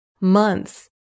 months